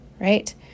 right